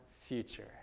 future